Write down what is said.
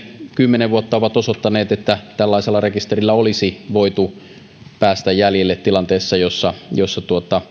kymmenen vuotta ovat osoittaneet että tällaisella rekisterillä olisi voitu päästä jäljille tilanteissa joissa